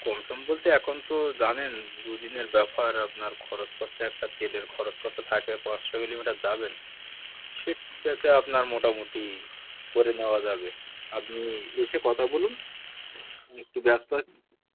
কম সম বলতে এখন তো জানেন দু দিনের ব্যাপার আপনার খরচ করতে একটা তেলের খরচ করতে থাকে পাঁচশো কিলোমিটার যাবেন সিট যাতে আপনার মোটামুটি করে নেওয়া যাবে আবনি এসে কথা বলুন আমি একটু ব্যস্ত আছি